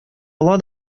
ала